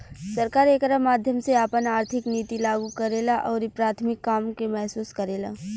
सरकार एकरा माध्यम से आपन आर्थिक निति लागू करेला अउरी प्राथमिक काम के महसूस करेला